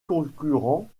concurrents